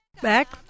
back